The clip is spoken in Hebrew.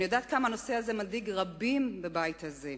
אני יודעת עד כמה הנושא הזה מדאיג רבים בבית הזה.